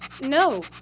No